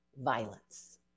violence